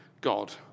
God